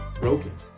broken